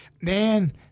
Man